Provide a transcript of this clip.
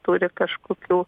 turi kažkokių